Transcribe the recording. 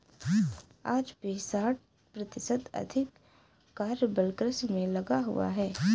आज भी साठ प्रतिशत से अधिक कार्यबल कृषि में लगा हुआ है